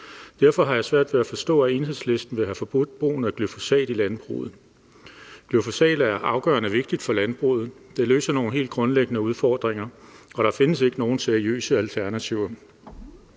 Derfor har jeg svært ved at forstå, at Enhedslisten vil have forbudt brugen af glyfosat i landbruget. Glyfosat er afgørende vigtigt for landbruget; det løser nogle helt grundlæggende udfordringer, og der findes ikke nogen seriøse alternativer.